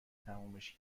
تمومش